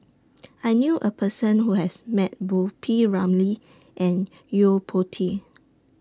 I knew A Person Who has Met Both P Ramlee and Yo Po Tee